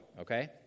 Okay